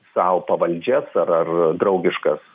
sau pavaldžias ar ar draugiškas